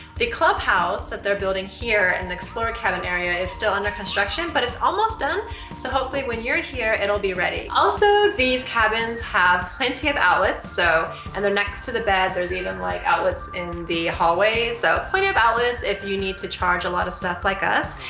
the clubhouse that they're building here in and the explorer cabin area is still under construction but it's almost done so hopefully when you're here it'll be ready. also, these cabins have plenty of outlets so and they're next to the bed. there's even like outlets in the hallway so plenty of outlets if you need to charge a lot of stuff like us.